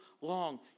long